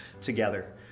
together